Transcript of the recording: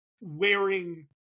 wearing